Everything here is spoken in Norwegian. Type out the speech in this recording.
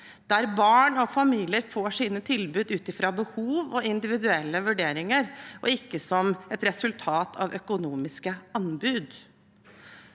der barn og familier får sine tilbud ut fra behov og individuelle vurderinger, og ikke som et resultat av økonomiske anbud